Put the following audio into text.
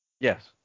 Yes